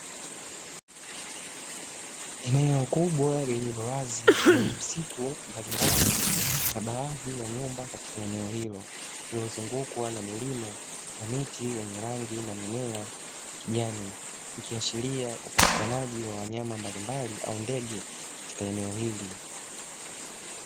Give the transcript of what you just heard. Eneo kubwa lililowazi lenye msitu mbalimbali na baadhi ya nyumba katika eneo hilo lililozungukwa na milima na miti yenye rangi na mimea ya kijani, ikiashiria upatikanaji wa wanyama mbalimbali au ndege katika eneo hili.